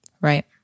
right